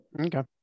Okay